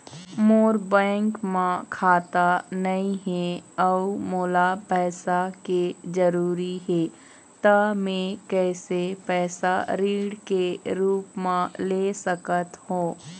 मोर bank म खाता नई हे अउ मोला पैसा के जरूरी हे त मे कैसे पैसा ऋण के रूप म ले सकत हो?